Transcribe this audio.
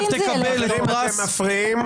חברים, אתם מפריעים.